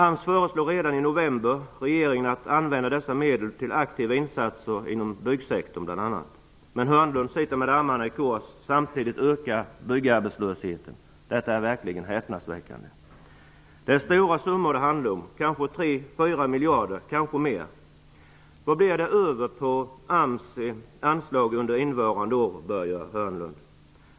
AMS föreslog redan i november regeringen att använda dessa medel till aktiva insatser inom bl.a. byggsektorn. Men Hörnlund sitter med armarna i kors, och samtidigt ökar byggarbetslösheten. Detta är verkligen häpnadsväckande. Det handlar om stora summor. Kanske 3--4 miljarder, kanske mer. Vad blir det över på AMS anslag under innevarande år, Börje Hörnlund?